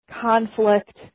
conflict